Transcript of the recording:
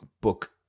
book